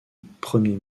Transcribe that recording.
premier